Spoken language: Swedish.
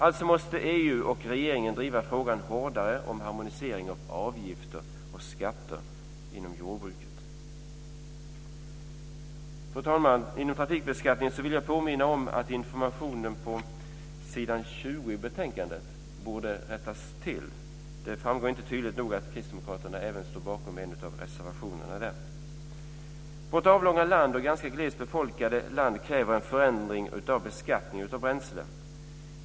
Alltså måste EU och regeringen driva frågan om harmonisering av avgifter och skatter inom jordbruket hårdare. Fru talman! I fråga om trafikbeskattningen vill jag påminna om att informationen på s. 20 i betänkandet borde rättas till. Det framgår inte tydligt nog att kristdemokraterna även står bakom en av reservationerna där. Vårt avlånga och ganska glest befolkade land kräver en förändring av beskattningen av bränsle.